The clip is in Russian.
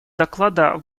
доклада